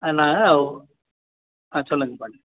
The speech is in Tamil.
ஆ நான் ஆ சொல்லுங்கள் பாண்டியன்